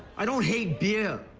i don't hate beer.